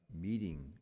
meeting